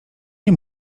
nie